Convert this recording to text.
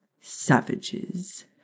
Savages